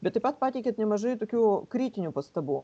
bet taip pat pateikėt nemažai tokių kritinių pastabų